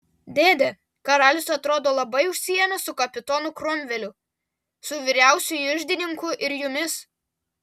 dėde karalius atrodo labai užsiėmęs su kapitonu kromveliu su vyriausiuoju iždininku ir jumis